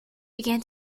began